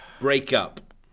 Breakup